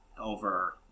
over